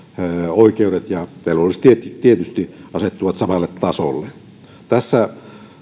oikeudet ja tietysti velvollisuudet asettuvat samalle tasolle tässä